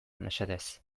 mesedez